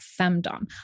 femdom